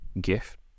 gift